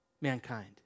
mankind